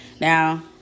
Now